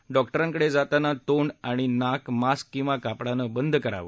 डॉक्टरांकडे जाताना तोंड आणि नाक मास्क किवा कापडानं बंद करा